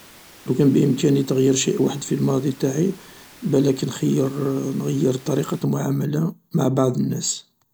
لوكان بإمكاني تغيير شيء واحد في الماضي تاعي بالاك نخير نغير طريقة المعاملة مع بعض الناس